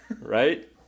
right